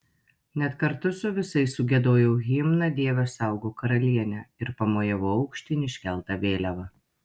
net kartu su visais sugiedojau himną dieve saugok karalienę ir pamojavau aukštyn iškelta vėliava